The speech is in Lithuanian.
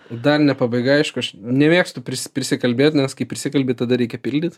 dar ne pabaiga aišku aš nemėgstu prisi prisikalbėt nes kai prisikalbi tada reikia pildyt